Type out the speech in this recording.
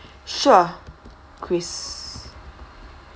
sure chris